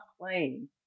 playing